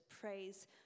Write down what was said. praise